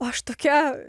aš tokia